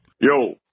yo